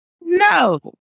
No